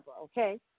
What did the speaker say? Okay